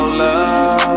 love